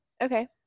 okay